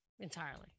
entirely